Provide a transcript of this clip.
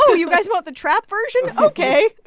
you guys want the trap version? ok